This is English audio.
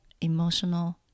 emotional